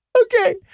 Okay